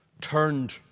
turned